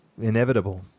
inevitable